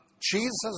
Jesus